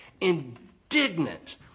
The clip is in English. Indignant